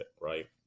right